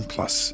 Plus